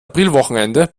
aprilwochenende